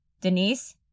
Denise